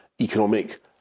economic